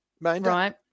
Right